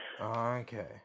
okay